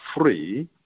free